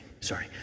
sorry